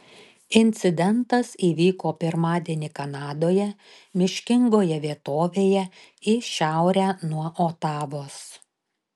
incidentas įvyko pirmadienį kanadoje miškingoje vietovėje į šiaurę nuo otavos